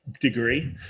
degree